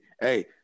hey